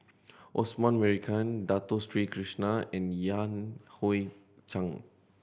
Osman Merican Dato Sri Krishna and Yan Hui Chang